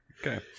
Okay